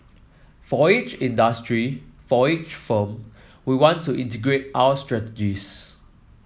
for each industry for each firm we want to integrate our strategies